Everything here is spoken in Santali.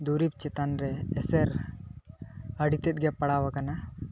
ᱫᱩᱨᱤᱵ ᱪᱮᱛᱟᱱ ᱨᱮ ᱮᱸᱥᱮᱨ ᱟᱹᱰᱤ ᱛᱮᱫ ᱜᱮ ᱯᱟᱲᱟᱣ ᱟᱠᱟᱱᱟ